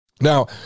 Now